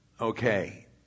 Okay